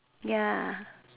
ya